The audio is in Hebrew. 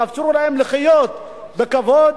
תאפשרו להם לחיות בכבוד,